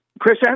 Chris